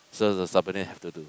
so the subordinate have to do